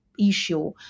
issue